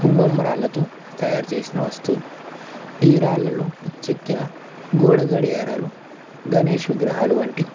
కుంబమ్ రాళ్ళతో తయారు చేేసిన వస్తువులు ఈ రాళ్ళలో చెక్కిన గోడగడియారలు గణేష్ విగ్రహాలు వంటి